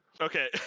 Okay